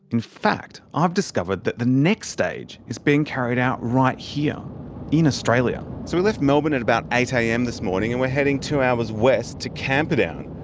in fact, i've discovered that the next stage is being carried out right here in australia. so we left melbourne at about eight zero ah am this morning and we're heading two hours west to camperdown,